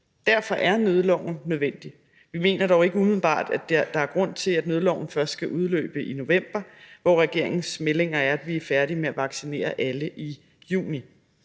Derfor er nødloven nødvendig. Vi mener dog ikke umiddelbart, at der er grund til, at nødloven først skal udløbe i november, når regeringens melding er, at vi er færdige med at vaccinere i juni.